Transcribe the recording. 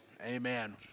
Amen